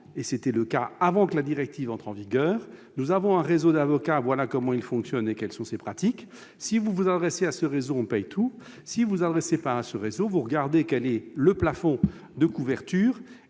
c'était le cas avant que la directive n'entre en vigueur -: nous avons un réseau d'avocats, voilà comment il fonctionne et quelles sont ses pratiques. Si vous vous adressez à ce réseau, on paie tout, dans le cas contraire, vous regardez le plafond de couverture,